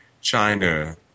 China